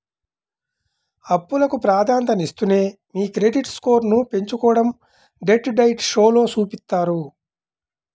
అప్పులకు ప్రాధాన్యతనిస్తూనే మీ క్రెడిట్ స్కోర్ను పెంచుకోడం డెట్ డైట్ షోలో చూపిత్తారు